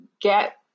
get